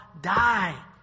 die